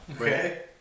Okay